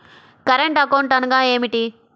Current account అనగా ఏమిటి?